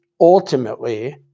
ultimately